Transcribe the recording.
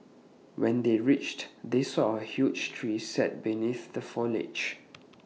when they reached they saw A huge tree and sat beneath the foliage